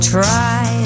Try